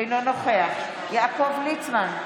אינו נוכח יעקב ליצמן,